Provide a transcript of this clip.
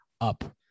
up